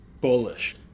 Bullish